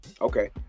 Okay